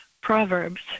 Proverbs